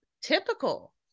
Typical